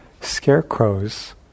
scarecrows